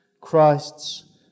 Christ's